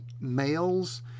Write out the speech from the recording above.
males